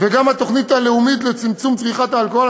וגם את התוכנית הלאומית לצמצום צריכת האלכוהול.